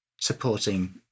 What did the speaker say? supporting